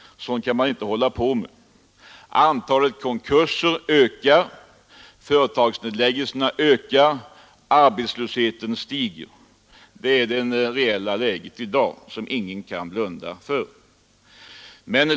Sådant kan man inte hålla på med. Antalet konkurser ökar, företagsnedläggelserna ökar, arbetslösheten stiger. Det är det reella läget i dag som ingen kan blunda för.